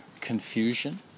confusion